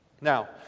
Now